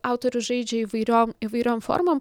autorius žaidžia įvairiom įvairiom formom